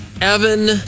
Evan